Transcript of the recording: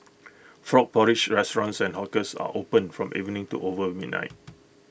frog porridge restaurants and hawkers are opened from evening to over midnight